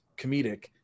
comedic